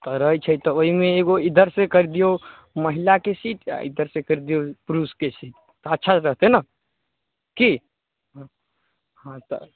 तऽ रहै छै तऽ ओहिमे एगो इधर से कैर दियौ महिलाके सीट आ इधर से कैर दियौ पुरुषके सीट तऽ अच्छा रहतै ने कि हॅं तऽ